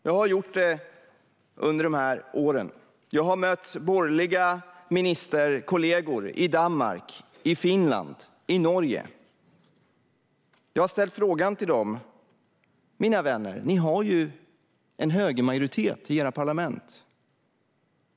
Jag har gjort det under de här åren. Jag har mött borgerliga ministerkollegor i Danmark, i Finland och i Norge. Jag har ställt frågan till dem: Mina vänner, ni har ju en högermajoritet i era parlament.